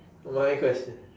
my question